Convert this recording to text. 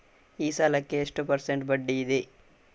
ಈ ಸಾಲಕ್ಕೆ ಎಷ್ಟು ಪರ್ಸೆಂಟ್ ಬಡ್ಡಿ ಇದೆ?